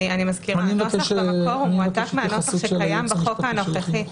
אני מזכירה שהנוסח במקור מועתק מהנוסח שקיים בחוק הנוכחי.